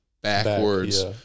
backwards